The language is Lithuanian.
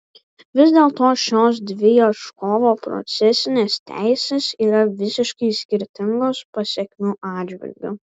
vis dėlto šios dvi ieškovo procesinės teisės yra visiškai skirtingos pasekmių atžvilgiu